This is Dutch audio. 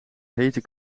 hete